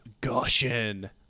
gushing